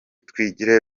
twigire